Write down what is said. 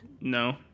No